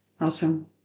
Awesome